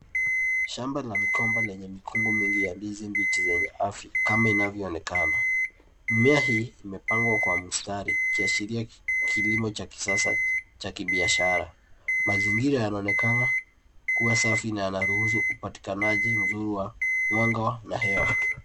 Shamba la migomba lenye mikungu mingi ya ndizi mbichi zenye afya kama inavyoonekana. Mmea hii imepangwa kwa mstari ikiashiria kilimo cha kisasa cha kibiashara. Mazingira yanaonekana kuwa safi na yanaruhusu upatikanaji mzuri wa mwanga na hewa.